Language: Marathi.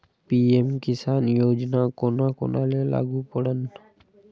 पी.एम किसान योजना कोना कोनाले लागू पडन?